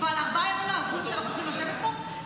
ועל הארבעה הימים ההזויים שאנחנו הולכים לשבת פה,